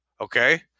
okay